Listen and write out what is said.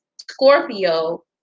Scorpio